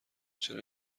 چرا